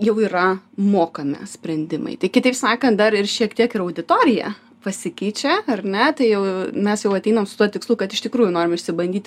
jau yra mokami sprendimai tai kitaip sakant dar ir šiek tiek ir auditorija pasikeičia ar ne tai jau mes jau ateinam su tuo tikslu kad iš tikrųjų norim išsibandyt